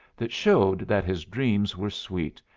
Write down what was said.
that showed that his dreams were sweet,